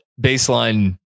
Baseline